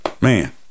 man